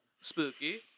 spooky